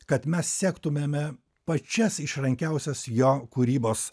kad mes sektumėme pačias išrankiausias jo kūrybos